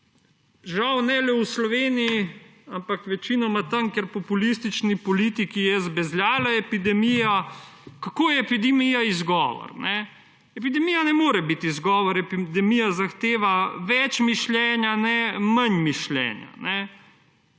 žal ne le v Sloveniji, ampak večinoma tam, kjer je populistični politiki zbezljala epidemija, kako je epidemija izgovor. Epidemija ne more biti izgovor. Epidemija zahteva več mišljenja, ne manj mišljenja.